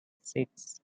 six